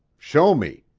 show me,